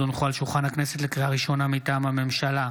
לקריאה ראשונה, מטעם הממשלה: